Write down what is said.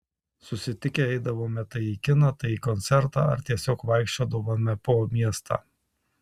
susitikę eidavome tai į kiną tai į koncertą ar tiesiog vaikščiodavome po miestą